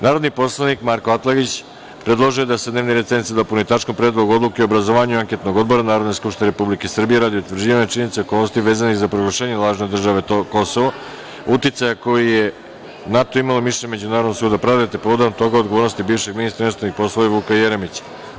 Narodni poslanik Marko Atlagić predložio je da se dnevni red sednice dopuni tačkom – Predlog odluke o obrazovanju anketnog odbora Narodne skupštine Republike Srbije radi utvrđivanja činjenica i okolnosti vezanih za proglašenje lažne države Kosovo, uticaja koji je na to imalo mišljenje Međunarodnog suda pravde, te povodom toga odgovornosti bivšeg ministra inostranih poslova Vuka Jeremića.